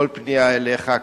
כל פנייה אליך,